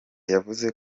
yavuze